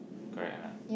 correct or not